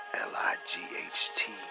L-I-G-H-T